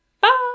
Bye